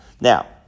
now